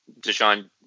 Deshaun